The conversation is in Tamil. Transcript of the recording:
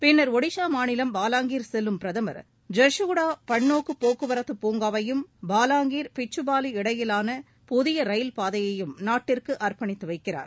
பின்னர் ஒடிசா மாநிலம் பாலாங்கீர் செல்லும் பிரதமர் ஜர்ஷூகுடா பன்னோக்கு போக்குவரத்து பூங்காவையும் பாலாங்கீர் பிச்சுபாலி இடையிலான புதிய ரயில்பாதையையும் நாட்டிற்கு அர்ப்பணித்து வைக்கிறார்